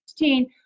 16